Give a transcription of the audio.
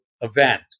event